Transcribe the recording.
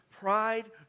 pride